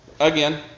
again